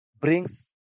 brings